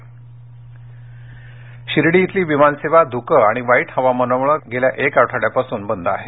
अहमदनगर शिर्डी इथली विमानसेवा धुके आणि वाईट हवामानामुळे एक आठवड्यापासून बंद आहे